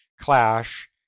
clash